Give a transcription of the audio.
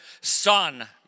son